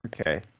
Okay